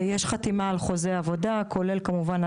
יש חתימה על חוזה עבודה כולל כמובן,